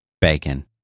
bacon